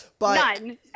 None